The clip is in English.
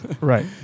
Right